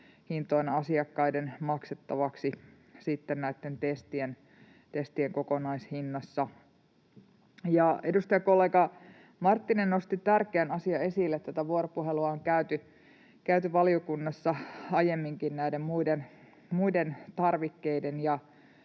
hintoina asiakkaiden maksettavaksi näitten testien kokonaishinnassa. Edustajakollega Marttinen nosti tärkeän asian esille: vuoropuhelua on käyty valiokunnassa aiemminkin näiden muiden tarvikkeiden